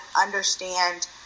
understand